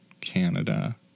Canada